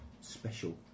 special